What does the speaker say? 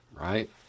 right